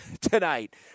tonight